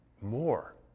more